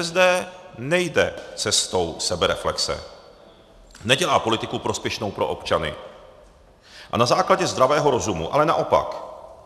ČSSD nejde cestou sebereflexe, nedělá politiku prospěšnou pro občany a na základě zdravého rozumu, ale naopak.